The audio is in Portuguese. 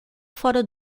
fora